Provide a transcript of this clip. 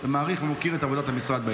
מעריך ומוקיר את עבודת המשרד בעניין.